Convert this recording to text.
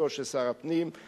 לתמיכתו של שר הפנים,